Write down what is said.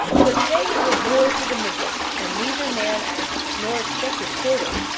but today it was war to the niblick, and neither man asked nor expected quarter.